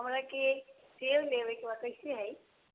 हमरा के सेब लेबे के बा कैसे हई